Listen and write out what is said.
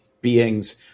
beings